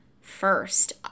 first